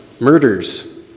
murders